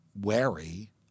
wary